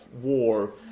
war